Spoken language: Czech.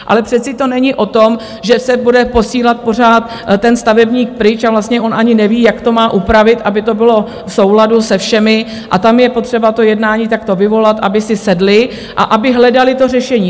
Ale přece to není o tom, že se bude posílat pořád ten stavebník pryč, a vlastně on ani neví, jak to má upravit, aby to bylo v souladu se všemi, a tam je potřeba to jednání takto vyvolat, aby si sedli a aby hledali řešení.